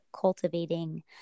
cultivating